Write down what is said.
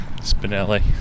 Spinelli